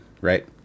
right